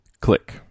Click